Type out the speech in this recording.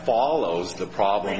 follows the problem